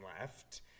left